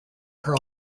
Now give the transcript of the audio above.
hair